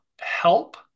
help